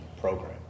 program